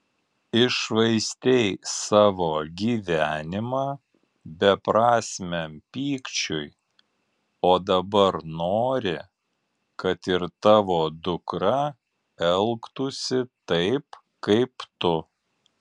iššvaistei savo gyvenimą beprasmiam pykčiui o dabar nori kad ir tavo dukra elgtųsi taip kaip tu